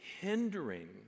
hindering